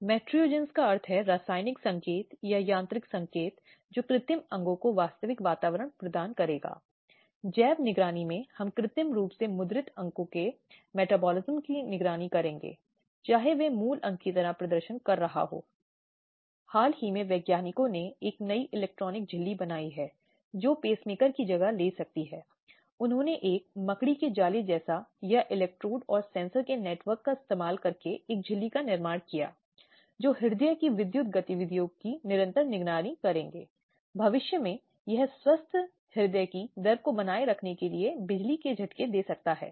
तो इसके उदाहरण हो सकते हैं जैसे कि नुक्कड़पर सार्वजनिक टिप्पणी करना उसे चरित्रहीन स्त्री बुलाना उसे अपशब्द कहना महिलाओं को दोषी ठहराना लड़का न होने आदि के कारण इस तरह के मौखिक और भावनात्मक शोषण और आर्थिक शोषण के दायरे में आता है